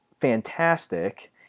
fantastic